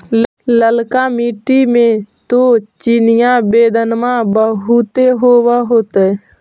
ललका मिट्टी मे तो चिनिआबेदमां बहुते होब होतय?